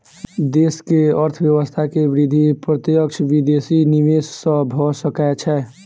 देश के अर्थव्यवस्था के वृद्धि प्रत्यक्ष विदेशी निवेश सॅ भ सकै छै